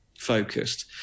focused